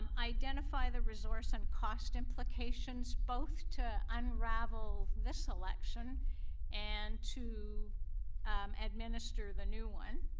um identify the resource and cost implications both to unravel this election and to administer the new one.